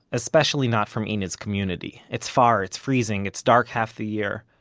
especially not from enid's community. it's far, it's freezing, it's dark half the year.